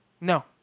No